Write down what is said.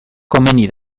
komeni